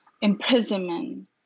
imprisonment